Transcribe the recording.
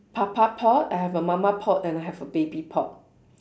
papa pot I have a mama pot and I have a baby pot